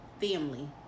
family